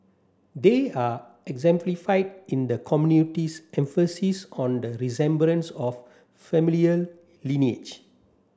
they are exemplified in the community's emphasis on the resemblance of familial lineage